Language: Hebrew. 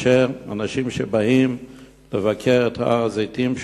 אנשים שבאים לבקר בהר-הזיתים,